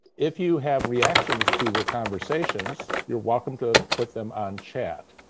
if you have reactions to the conversations, you're welcome to put them on chat.